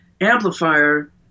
amplifier